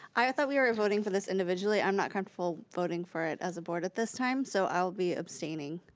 i thought we were voting for this individually. i'm not comfortable voting for it as a board at this time, so i'll be abstaining.